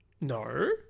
No